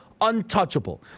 untouchable